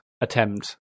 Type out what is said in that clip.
attempt